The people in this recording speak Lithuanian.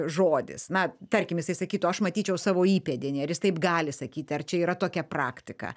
žodis na tarkim jisai sakytų aš matyčiau savo įpėdinį ar jis taip gali sakyti ar čia yra tokia praktika